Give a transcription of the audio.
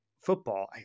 football